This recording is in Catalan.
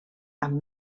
amb